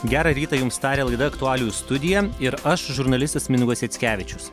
gerą rytą jums taria laida aktualijų studija ir aš žurnalistas mindaugas jackevičius